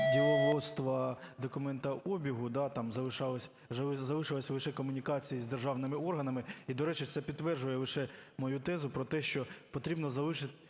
діловодства, документообігу, там залишилася лише комунікація з державними органами. І, до речі, це підтверджує лише мою тезу про те, що потрібно залишити